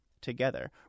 together